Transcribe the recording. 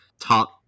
top